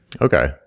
Okay